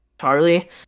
Charlie